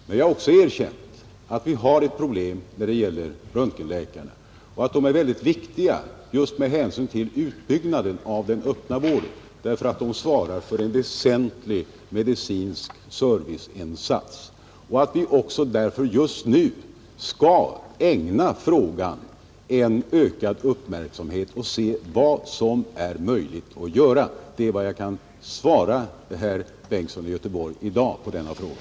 Men jag har också betonat att vi har ett problem när det gäller röntgenläkarna, Jag har vidare sagt att dessa är mycket viktiga just med hänsyn till utbyggnaden av den öppna vården, eftersom de svarar för en väsentlig medicinsk serviceinsats, och att vi också därför nu skall ägna frågan en ökad uppmärksamhet och se vad som är möjligt att göra. Det är vad jag kan svara herr Bengtsson i Göteborg i dag på denna fråga.